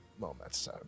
moments